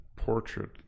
portrait